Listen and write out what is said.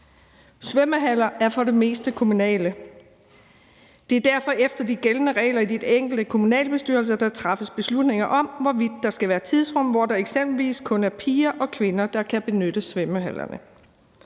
Svømmehaller er for det meste kommunale. Det er derfor efter de gældende regler i de enkelte kommunalbestyrelser, at der træffes beslutning om, hvorvidt der skal være tidsrum, hvor det eksempelvis kun er piger og kvinder, der kan benytte svømmehallerne.